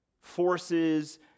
Forces